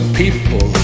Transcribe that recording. people